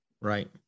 right